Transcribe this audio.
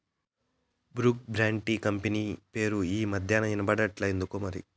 Brooke Bond tea company పేరే ఈ మధ్యనా ఇన బడట్లా ఎందుకోమరి